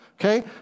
Okay